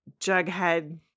Jughead